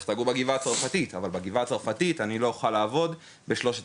לך תגור בגבעה הצרפתית" אבל בגבעה הצרפתית אני לא אוכל לעבוד בשלושת